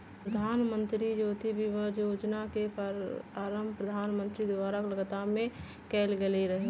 प्रधानमंत्री जीवन ज्योति बीमा जोजना के आरंभ प्रधानमंत्री द्वारा कलकत्ता में कएल गेल रहइ